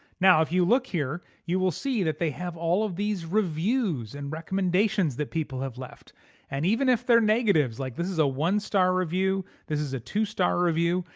now if you look here you will see that they have all of these reviews and recommendations that people have left and even if they're negatives like this is a one-star review, this is a two-star review,